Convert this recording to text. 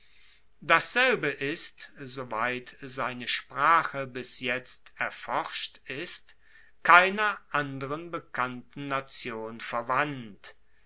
dasselbe ist soweit seine sprache bis jetzt erforscht ist keiner anderen bekannten nation verwandt